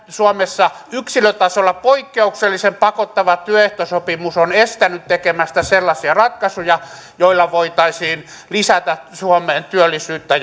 suomessa yksilötasolla poikkeuksellisen pakottava työehtosopimus on estänyt tekemästä sellaisia ratkaisuja joilla voitaisiin lisätä suomeen työllisyyttä